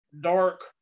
dark